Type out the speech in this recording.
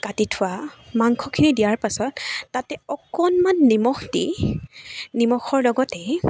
কাটি থোৱা মাংসখিনি দিয়াৰ পাছত তাতে অকণমান নিমখ দি নিমখৰ লগতে